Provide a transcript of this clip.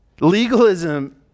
Legalism